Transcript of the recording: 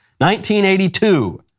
1982